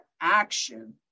action